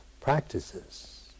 practices